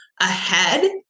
ahead